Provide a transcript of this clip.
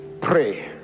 pray